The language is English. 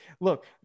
Look